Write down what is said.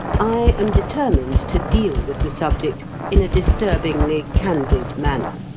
i am determined to deal with the subject in a disturbingly candid manner.